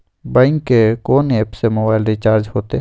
Bank के कोन app से मोबाइल रिचार्ज हेते?